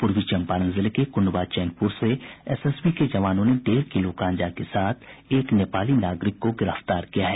पूर्वी चंपारण जिले के कुंडवा चैनपुर से एसएसबी के जवानों ने डेढ़ किलो गांजा के साथ एक नेपाली नागरिक को गिरफ्तार किया है